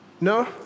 no